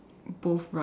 both right